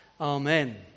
Amen